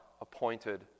appointed